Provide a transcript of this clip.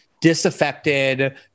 disaffected